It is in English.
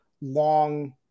long